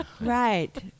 right